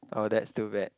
oh that's too bad